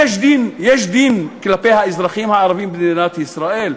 יש דין כלפי האזרחים הערבים במדינת ישראל?